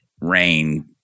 rain